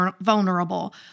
vulnerable